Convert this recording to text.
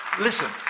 listen